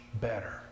better